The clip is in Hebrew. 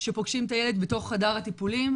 שפוגשים את הילד בתוך חדר הטיפולים,